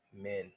men